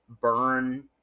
burn